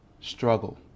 struggle